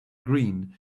green